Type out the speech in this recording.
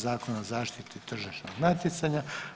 Zakona o zaštiti tržišnog natjecanja.